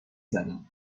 زدم